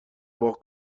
واق